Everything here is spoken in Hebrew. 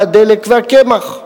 והדלק והקמח.